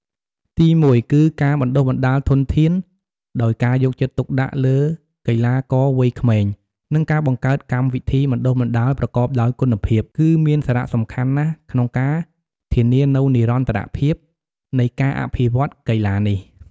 ទីមួយ គឺការបណ្ដុះបណ្ដាលធនធាន ដោយការយកចិត្តទុកដាក់លើកីឡាករវ័យក្មេង និងការបង្កើតកម្មវិធីបណ្ដុះបណ្ដាលប្រកបដោយគុណភាព គឺមានសារៈសំខាន់ណាស់ក្នុងការធានានូវនិរន្តរភាពនៃការអភិវឌ្ឍន៍កីឡានេះ។